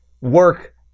work